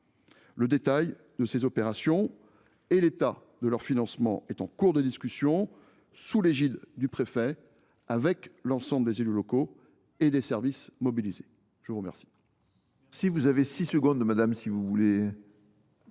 Le détail de ces opérations et de leur financement est en cours de discussion sous l’égide du préfet avec l’ensemble des élus locaux et des services mobilisés. La parole